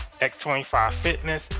x25fitness